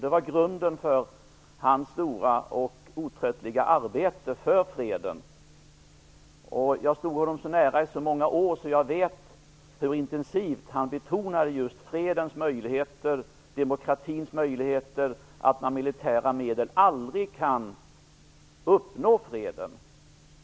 Det var grunden för hans stora och outtröttliga arbete för freden. Jag stod honom nära i så många år att jag vet hur intensivt han betonade just fredens möjligheter och demokratins möjligheter och att man med militära medel aldrig kan uppnå freden.